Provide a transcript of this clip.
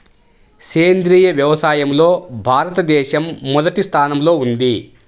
సేంద్రీయ వ్యవసాయంలో భారతదేశం మొదటి స్థానంలో ఉంది